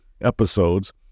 episodes